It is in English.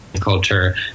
culture